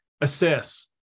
assess